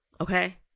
okay